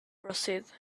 proceed